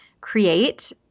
create